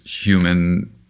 human